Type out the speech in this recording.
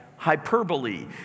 hyperbole